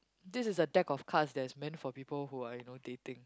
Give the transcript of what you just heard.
this is a deck of cards that's meant for people who are you know dating